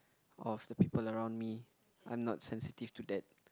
of the people around me I'm not sensitive to that